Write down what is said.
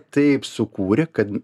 taip sukūrė kad